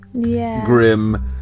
grim